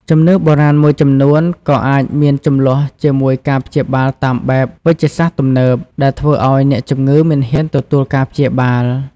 ជំនឿបុរាណមួយចំនួនក៏អាចមានជម្លោះជាមួយការព្យាបាលតាមបែបវេជ្ជសាស្ត្រទំនើប ដែលធ្វើឱ្យអ្នកជំងឺមិនហ៊ានទទួលការព្យាបាល។